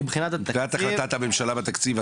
מבחינת החלטת הממשלה והתקציב,